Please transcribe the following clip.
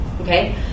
okay